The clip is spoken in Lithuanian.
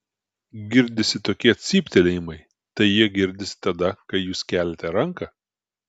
girdisi tokie cyptelėjimai tai jie girdisi tada kai jūs keliate ranką